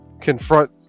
confront